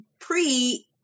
pre